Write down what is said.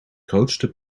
grootste